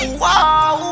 whoa